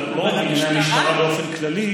אבל לא רק ענייני המשטרה באופן כללי,